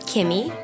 Kimmy